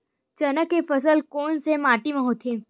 चना के फसल कोन से माटी मा होथे?